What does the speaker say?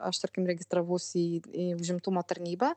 aš tarkim registravausi į į užimtumo tarnybą